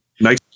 nice